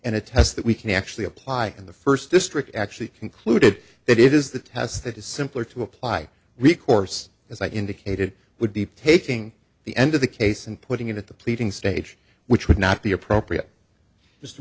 a test that we can actually apply in the first district actually concluded that it is the test that is simpler to apply recourse as i indicated would be taking the end of the case and putting it at the pleading stage which would not be appropriate